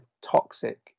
toxic